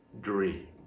dream